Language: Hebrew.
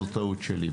זו טעות שלי,